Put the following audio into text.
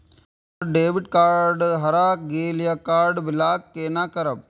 हमर debit card हरा गेल ये कार्ड ब्लॉक केना करब?